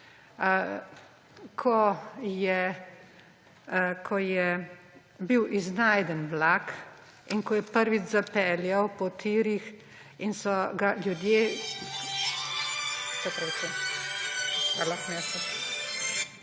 Ko je bil iznajden vlak in ko je prvič zapeljal po tirih in so ga ljudje